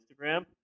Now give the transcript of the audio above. Instagram